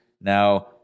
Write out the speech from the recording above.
Now